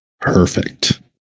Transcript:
Perfect